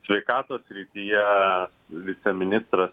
sveikatos srityje viceministras